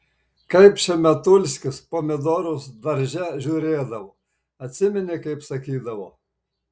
kaip šemetulskis pomidorus darže žiūrėdavo atsimeni kaip sakydavo